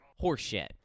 Horseshit